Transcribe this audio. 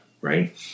right